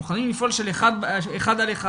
מוכנים לפעול אחד על אחד,